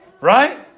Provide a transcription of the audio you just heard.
right